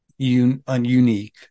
ununique